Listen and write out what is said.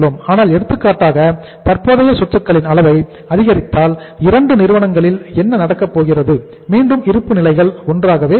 ஆனால் எடுத்துக்காட்டாக தற்போதைய சொத்துக்களின் அளவை அதிகரித்தால் இரண்டு நிறுவனங்களில் என்ன நடக்கப்போகிறது மீண்டும் இருப்பு நிலைகள் ஒன்றாகவே இருக்கும்